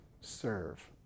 Serve